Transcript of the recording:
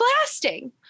blasting